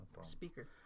speaker